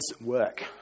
work